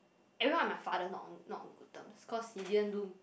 everyone with my father not on not on good terms cause he didn't do